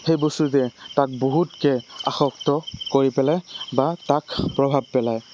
সেই বস্তুটোৱে তাক বহুতকে আসক্ত কৰি পেলাই বা তাক প্ৰভাৱ পেলায়